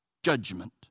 Judgment